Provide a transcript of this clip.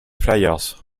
flyers